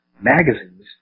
magazines